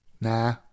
Nah